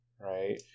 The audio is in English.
right